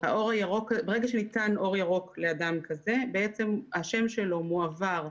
ברגע שניתן אור ירוק לאדם כזה השם שלו מועבר,